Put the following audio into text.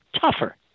tougher